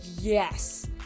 yes